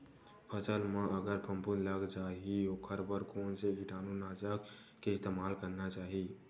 फसल म अगर फफूंद लग जा ही ओखर बर कोन से कीटानु नाशक के इस्तेमाल करना चाहि?